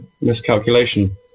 miscalculation